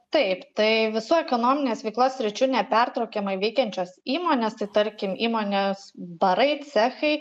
taip tai visų ekonominės veiklos sričių nepertraukiamai veikiančios įmonės tai tarkim įmonės barai cechai